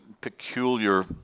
peculiar